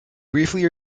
briefly